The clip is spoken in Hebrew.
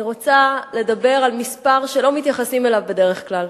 אני רוצה לדבר על מספר שלא מתייחסים אליו בדרך כלל,